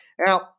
Now